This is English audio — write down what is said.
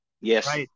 Yes